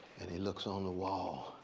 and he looks on the wall,